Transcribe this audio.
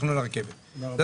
איך זה משתלב בתכנית?